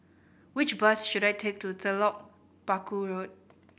which bus should I take to Telok Paku Road